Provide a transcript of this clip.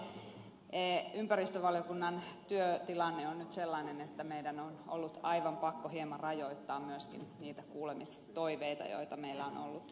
mutta todella ympäristövaliokunnan työtilanne on nyt sellainen että meidän on ollut aivan pakko hieman rajoittaa niitä kuulemistoiveita joita meillä on ollut